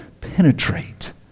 penetrate